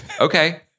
Okay